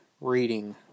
reading